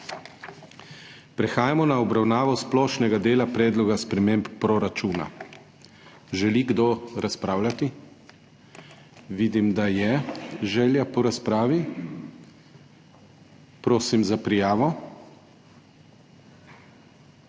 Prehajamo na obravnavo splošnega dela Predloga sprememb proračuna. Želi kdo razpravljati? Vidim, da je želja po razpravi. Prosim za prijavo.